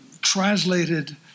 translated